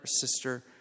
sister